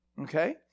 okay